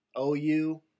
OU